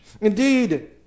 Indeed